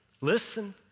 listen